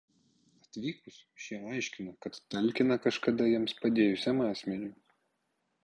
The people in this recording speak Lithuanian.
atvykus šie aiškina kad talkina kažkada jiems padėjusiam asmeniui